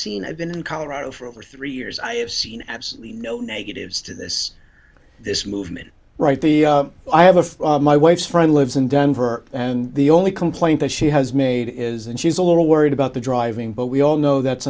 and been in colorado for over three years i have seen absolutely no negatives to this this movement right the i have of my wife's friend lives in denver and the only complaint that she has made is and she's a little worried about the driving but we all know that's